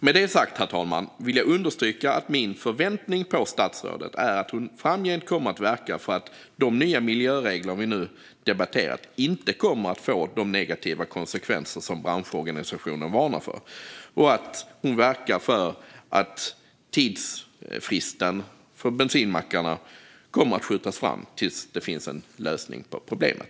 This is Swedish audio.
Med detta sagt, herr talman, vill jag understryka att min förväntan på statsrådet är att hon framgent kommer att verka för att de nya miljöregler som vi nu debatterat inte kommer att få de negativa konsekvenser som branschorganisationen varnar för och att hon kommer att verka för att tidsfristen för bensinmackarna kommer att skjutas fram tills det finns en lösning på problemet.